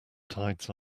tides